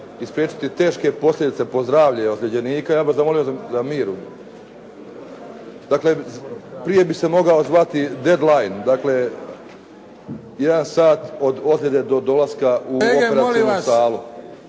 i spriječiti teške posljedice po zdravlje ozljeđenika, ja bih vas zamolio za mir, dakle, prije bi se mogao zvati dead line, dakle, jedan sat od ozljede do dolaska u operacionu salu.